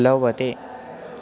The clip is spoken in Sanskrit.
प्लवते